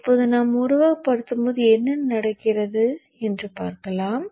இப்போது நாம் உருவகப்படுத்தும்போது என்ன நடக்கிறது என்று பார்க்கலாம்